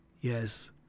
Yes